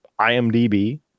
IMDb